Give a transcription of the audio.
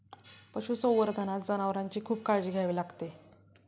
पशुसंवर्धनात जनावरांची खूप काळजी घ्यावी लागते